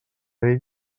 ell